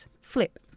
Flip